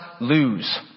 lose